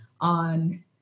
on